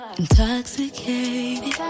intoxicate